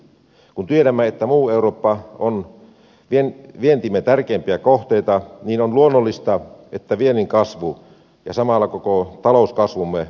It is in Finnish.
kun tiedämme että muu eurooppa on vientimme tärkeimpiä kohteita niin on luonnollista että viennin kasvu ja samalla koko talouskasvumme on vaarassa